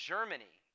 Germany